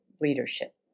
leadership